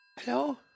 Hello